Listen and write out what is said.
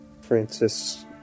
Francis